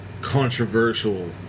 controversial